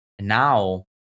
Now